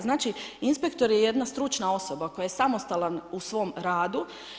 Znači inspektor je jedna stručna osoba, koja je samostalan u svom radu.